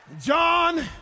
John